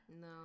No